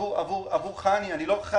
עבור חנ"י, אני לא חנ"י.